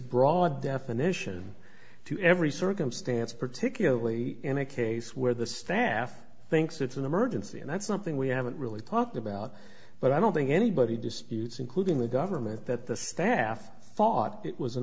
broad definition to every circumstance particularly in a case where the staff thinks it's an emergency and that's something we haven't really talked about but i don't think anybody disputes including the government that the staff thought it was an